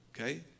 Okay